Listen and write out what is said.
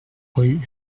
rue